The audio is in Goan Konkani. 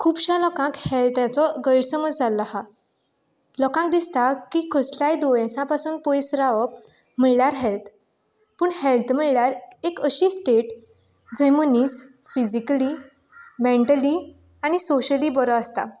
खुबश्या लोकांक हेल्थाचो गैरसमज जाल्लो आहा लोकांक दिसता की कसल्याय दुयेंसा पासून पयस रावप म्हळ्यार हेल्थ पूण हेल्थ म्हळ्यार एक अशी स्टेट जंय मनीस फिजिकली मेंटली आनी सोशली बरो आसता